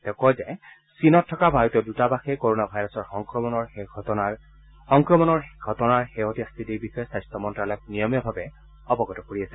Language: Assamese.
তেওঁ কয় যে চীনত থকা ভাৰতীয় দূতাবাসে কোৰোনা ভাইৰাছৰ সংক্ৰমণৰ ঘটনাৰ শেহতীয়া স্থিতিৰ বিষয়ে স্বাস্থ্য মন্ত্যালয়ক নিয়মীয়াভাৱে অৱগত কৰি আছে